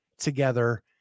together